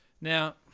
Now